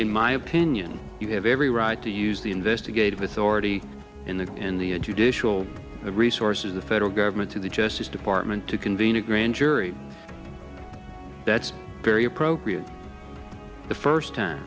in my opinion you have every right to use the investigative authority in the in the a judicial the resources the federal government to the justice department to convene a grand jury that's very appropriate the first time